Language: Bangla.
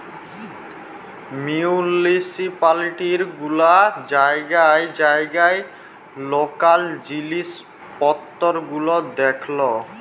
মিউলিসিপালিটি গুলা জাইগায় জাইগায় লকাল জিলিস পত্তর গুলা দ্যাখেল